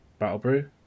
Battlebrew